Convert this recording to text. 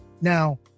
Now